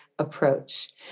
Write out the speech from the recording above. approach